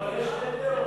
לא, יש שתי דעות.